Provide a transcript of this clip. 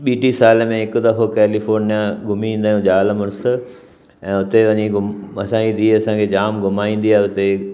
ॿी टे साल में हिकु दफ़ो कैलिफोर्निआ घुमी ईंदा आहियूं ज़ालि मुड़ुसु ऐं हुते वञी घुम असांजी धीउ असांखे जाम घुमाईंदी आहे हुते